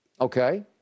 Okay